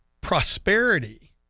prosperity